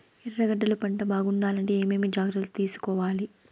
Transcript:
ఎర్రగడ్డలు పంట బాగుండాలంటే ఏమేమి జాగ్రత్తలు తీసుకొవాలి?